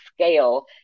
scale